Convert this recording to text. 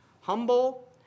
humble